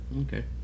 okay